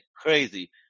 Crazy